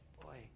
boy